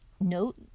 Note